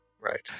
Right